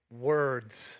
words